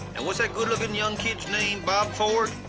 and what's that good-looking young kid's name? bob ford?